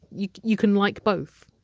you you can like both.